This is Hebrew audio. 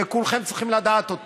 וכולכם צריכים לדעת,